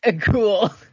Cool